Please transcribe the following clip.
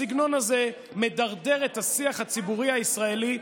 הסגנון הזה מדרדר את השיח הציבורי הישראלי,